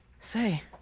Say